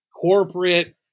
corporate